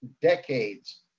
decades